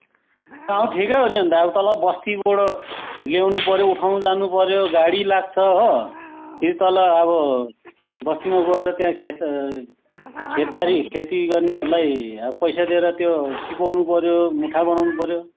कहाँ हौ ठिकै हो नि अब तल बस्तीबाट ल्याउनु पऱ्यो उठाउनु जानु पऱ्यो गाडी लाग्छ हो फेरि तल अब बस्तीमा गएर त्यहाँ खेत खेतबारी खेती गर्नेहरूलाई अब पैसा दिएर त्यो टिपाउँनु पऱ्यो मुठा बनाउँनु पऱ्यो